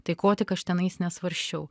tai ko tik aš tenais nesvarsčiau